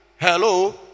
Hello